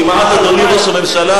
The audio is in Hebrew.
כמעט אדוני ראש הממשלה,